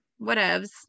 whatevs